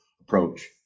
approach